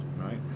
right